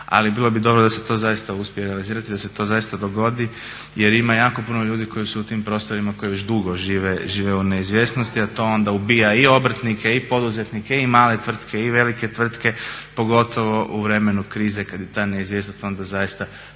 Ali bilo bi dobro da se to zaista uspije realizirati, da se to zaista dogodi, jer ima jako puno ljudi koji su u tim prostorima koji već dugo žive u neizvjesnosti, a to onda ubija i obrtnike i poduzetnike i male tvrtke i velike tvrtke pogotovo u vremenu krize kad je ta neizvjesnost onda zaista